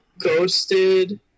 Ghosted